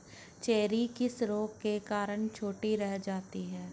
Cherry किस रोग के कारण छोटी रह जाती है?